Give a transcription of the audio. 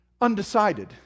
Undecided